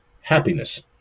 happiness